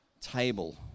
table